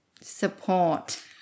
support